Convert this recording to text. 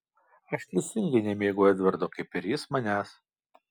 aš teisingai nemėgau edvardo kaip ir jis manęs